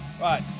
Right